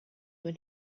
when